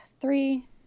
Three